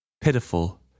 Pitiful